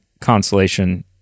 consolation